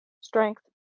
strength